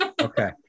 Okay